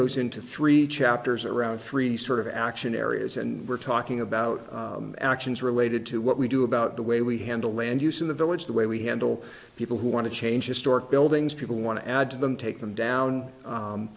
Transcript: goes into three chapters around three sort of action areas and we're talking about actions related to what we do about the way we handle land use in the village the way we handle people who want to change historic buildings people want to add to them take them down